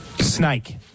Snake